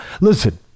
Listen